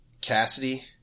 Cassidy